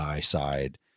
side